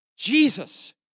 Jesus